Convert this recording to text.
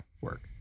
work